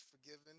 forgiven